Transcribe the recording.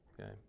Okay